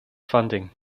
funding